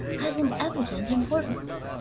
has an evident importance.